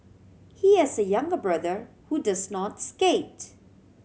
he has a younger brother who does not skate